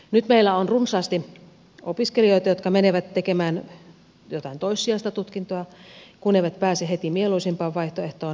nyt meillä on runsaasti opiskelijoita jotka menevät tekemään jotain toissijaista tutkintoa kun eivät pääse heti mieluisimpaan vaihtoehtoon